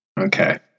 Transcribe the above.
Okay